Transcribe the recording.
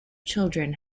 children